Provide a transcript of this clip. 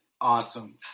awesome